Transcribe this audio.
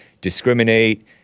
discriminate